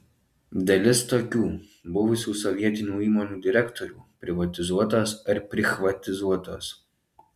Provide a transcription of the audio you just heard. dalis tokių buvusių sovietinių įmonių direktorių privatizuotos ar prichvatizuotos